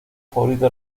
favorito